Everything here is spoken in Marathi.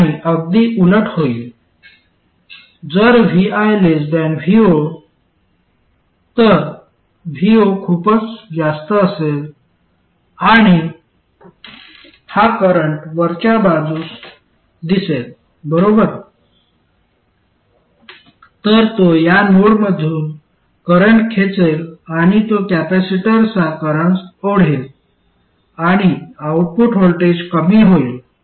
आणि अगदी उलट होईल जर vi vo तर vo खूपच जास्त असेल आणि हा करंट वरच्या बाजूस दिसेल बरोबर तर तो या नोडमधून करंट खेचेल आणि तो कॅपेसिटरचा करंट ओढेल आणि आउटपुट व्होल्टेज कमी होईल